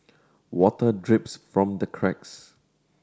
water drips from the cracks